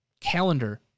calendar